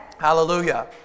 Hallelujah